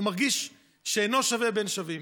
הוא מרגיש שאינו שווה בין שווים.